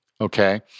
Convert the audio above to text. Okay